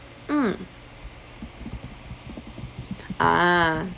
mm ah